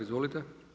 Izvolite.